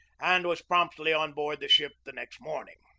and was promptly on board the ship the next morning.